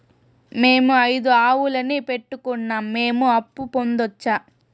మేము ఐదు ఆవులని పెట్టుకున్నాం, మేము అప్పు పొందొచ్చా